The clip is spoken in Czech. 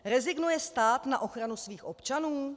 Rezignuje stát na ochranu svých občanů?